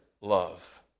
love